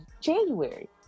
January